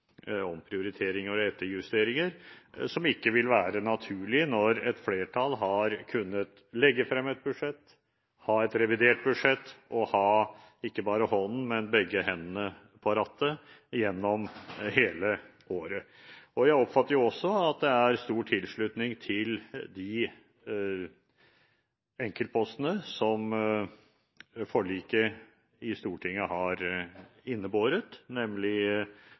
og etterjusteringer som ikke vil være naturlig når et flertall har kunnet legge frem et budsjett, ha et revidert budsjett og ha ikke bare hånden, men begge hendene på rattet gjennom hele året. Jeg oppfatter jo også at det er stor tilslutning til de enkeltpostene som forliket i Stortinget har innebåret, nemlig